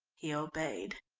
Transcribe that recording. he obeyed.